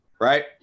right